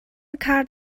khar